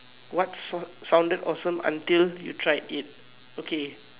what so~ sounded awesome until you tried it okay